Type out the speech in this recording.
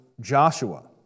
Joshua